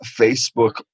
Facebook